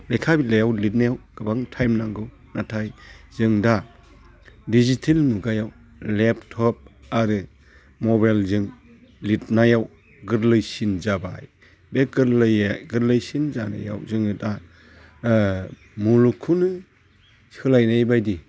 लेखा बिलाइयाव लिरनायाव गोबां टाइम नांगौ नाथाय जों दा दिजिटेल मुगायाव लेपट'प आरो मबाइलजों लिरनायाव गोरलैसिन जाबाय बे गोरलैसिन जानायाव जोङो दा मुलुगखौनो सोलायनाय बायदि